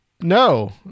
no